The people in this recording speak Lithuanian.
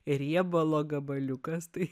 ir riebalo gabaliukas tai